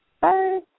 Bye